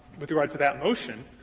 with regard to that motion,